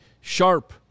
Sharp